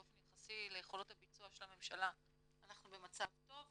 באופן יחסי ליכולות הביצוע של הממשלה אנחנו במצב טוב,